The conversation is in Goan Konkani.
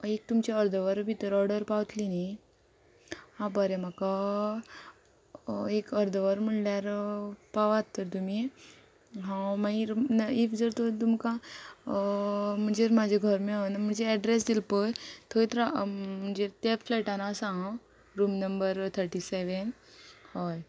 एक तुमचे अर्दवर भितर ऑर्डर पावतली न्ही हां बरें म्हाका एक अर्दवर म्हणल्यार पावात तर तुमी हांव मागीर ना इफ जर तर तुमकां म्हणजे म्हाजे घर मेळना म्हणजे एड्रेस दिला पळय थंय म्हणजे ते फ्लॅटान आसा हांव रूम नंबर थर्टी सेवेन हय